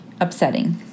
upsetting